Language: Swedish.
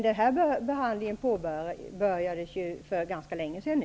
Den här behandlingen påbörjades ju för ganska länge sedan.